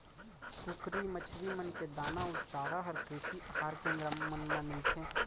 कुकरी, मछरी मन के दाना अउ चारा हर कृषि अहार केन्द्र मन मा मिलथे